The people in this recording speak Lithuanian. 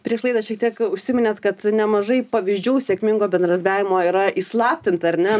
prieš laidą šiek tiek užsiminėt kad nemažai pavyzdžių sėkmingo bendradarbiavimo yra įslaptinta ar ne